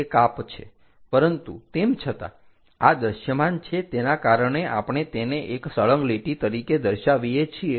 તે કાપ છે પરંતુ તેમ છતાં આ દ્રશ્યમાન છે તેના કારણે આપણે તેને એક સળંગ લીટી તરીકે દર્શાવીએ છીએ